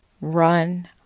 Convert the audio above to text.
run